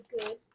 good